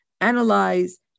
analyze